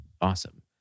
awesome